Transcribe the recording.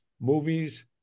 movies